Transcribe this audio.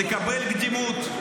תקבל קדימות: